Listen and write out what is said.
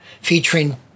Featuring